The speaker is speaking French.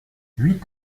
huit